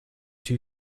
two